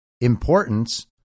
importance